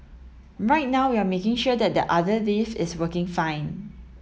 right now we are making sure that the other lift is working fine